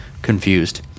confused